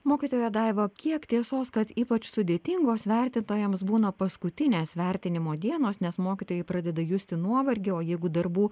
mokytoja daiva kiek tiesos kad ypač sudėtingos vertintojams būna paskutinės vertinimo dienos nes mokytojai pradeda justi nuovargį o jeigu darbų